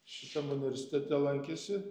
šitam universitete lankėsi